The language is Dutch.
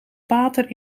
pater